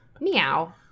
Meow